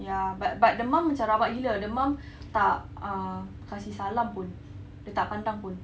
ya but but the mum macam rabak gila the mum tak uh kasi salam pun dia tak pandang pun